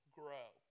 grow